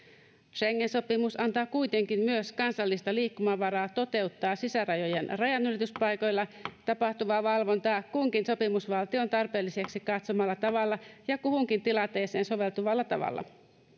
schengen sopimus antaa kuitenkin myös kansallista liikkumavaraa toteuttaa sisärajojen rajanylityspaikoilla tapahtuvaa valvontaa kunkin sopimusvaltion tarpeelliseksi katsomalla tavalla ja kuhunkin tilanteeseen soveltuvalla tavalla